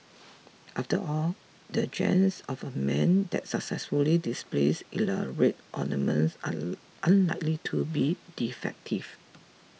after all the genes of a man that successfully displays elaborate ornaments are unlikely to be defective